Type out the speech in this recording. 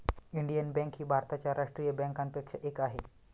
Indian Bank ही भारताच्या राष्ट्रीय बँकांपैकी एक आहे